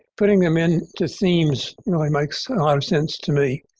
putting them in to themes really makes a lot of sense to me.